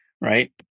right